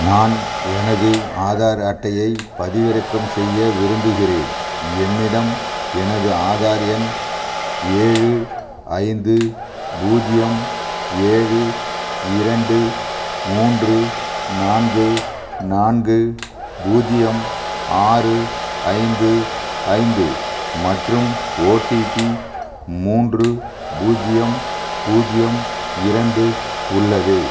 நான் எனது ஆதார் அட்டையைப் பதிவிறக்கம் செய்ய விரும்புகிறேன் என்னிடம் எனது ஆதார் எண் ஏழு ஐந்து பூஜ்ஜியம் ஏழு இரண்டு மூன்று நான்கு நான்கு பூஜ்ஜியம் ஆறு ஐந்து ஐந்து மற்றும் ஓடிபி மூன்று பூஜ்ஜியம் பூஜ்ஜியம் இரண்டு உள்ளது